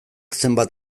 zenbait